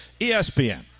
ESPN